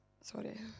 sorry